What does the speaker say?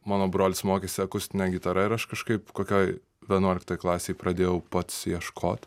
mano brolis mokėsi akustine gitara ir aš kažkaip kokioj vienuoliktoj klasėj pradėjau pats ieškot